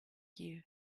you